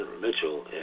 Mitchell